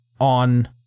on